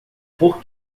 por